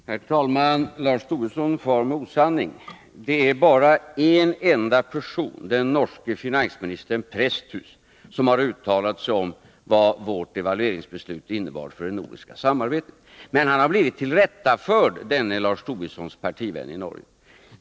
Herr talman! Lars Tobisson far med osanning. Det är bara en enda person, den norske finansministern Rolf Presthus, som har uttalat sig om vad vårt devalveringsbeslut innebar för det nordiska samarbetet, men denne Lars Tobissons partivän i Norge har blivit tillrättaförd.